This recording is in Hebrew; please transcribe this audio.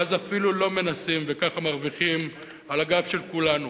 ואז אפילו לא מנסים וככה מרוויחים על הגב של כולנו,